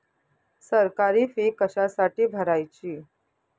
सरकारी फी कशासाठी भरायची